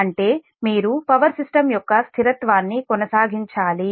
అంటే మీరు power system యొక్క స్థిరత్వాన్ని కొనసాగించాలి